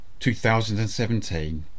2017